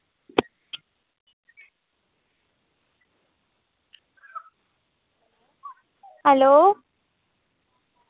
hello